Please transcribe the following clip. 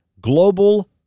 global